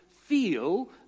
feel